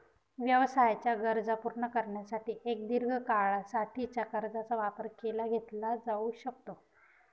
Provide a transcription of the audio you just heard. व्यवसायाच्या गरजा पूर्ण करण्यासाठी एक दीर्घ काळा साठीच्या कर्जाचा वापर केला घेतला जाऊ शकतो